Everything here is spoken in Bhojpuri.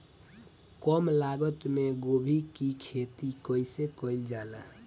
कम लागत मे गोभी की खेती कइसे कइल जाला?